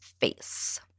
face